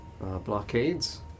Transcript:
blockades